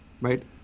Right